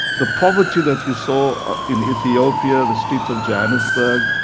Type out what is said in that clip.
the poverty that you saw in ethiopia, the streets of johannesburg,